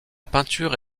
peinture